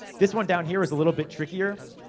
this one down here, was a little bit trickier.